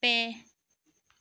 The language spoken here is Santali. ᱯᱮ